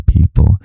people